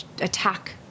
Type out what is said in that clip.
attack